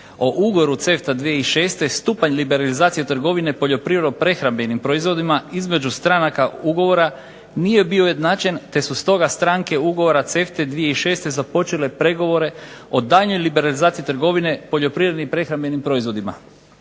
O ugovoru CEFTA 2006 stupanj liberalizacije trgovine poljoprivredno-prehrambenih proizvoda između stranaka ugovora nije bio ujednačen te su stranke ugovora CEFTA 2006 započele pregovore o daljnjoj liberalizaciji trgovine poljoprivrednim i prehrambenim proizvodima.